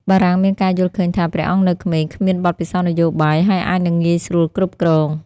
បារាំងមានការយល់ឃើញថា ព្រះអង្គនៅក្មេង គ្មានបទពិសោធន៍នយោបាយ ហើយអាចនឹងងាយស្រួលគ្រប់គ្រង។